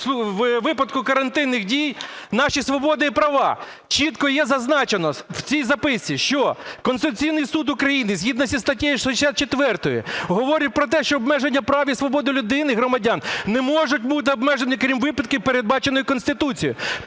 у випадку карантинних дій наші свободи і права. Чітко є зазначено в цій записці, що Конституційний Суд України згідно зі статтею 64 говорить про те, що обмеження прав і свободи людини (громадян) не можуть бути обмежені крім випадків, передбачених Конституцією.